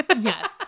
Yes